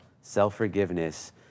self-forgiveness